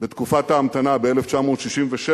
בתקופת ההמתנה ב-1967,